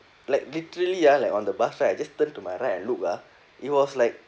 like literally ah like on the bus right I just turn to my right and look ah it was like